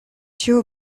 ĉiu